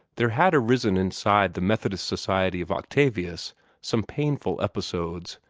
there had arisen inside the methodist society of octavius some painful episodes,